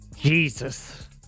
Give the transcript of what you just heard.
Jesus